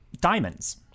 Diamonds